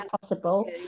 possible